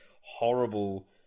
horrible